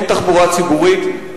אין תחבורה ציבורית,